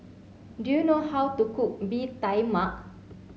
do you know how to cook Bee Tai Mak